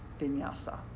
vinyasa